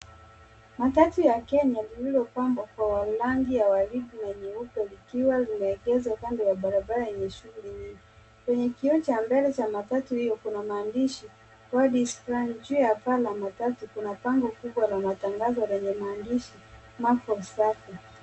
Matatu ya Kenya lililopambwa kwa rangi ya waridi na nyeupe likiwa limeegeshwa kando ya barabara yenye shughuli nyingi. Kwenye kioo cha mbele cha matatu hio, kuna maandishi, God's plan. Juu ya paa la matatu hiyo kuna bango kubwa la matangazo lenye maandishi, makos sacco.